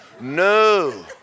no